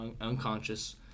unconscious